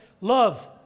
Love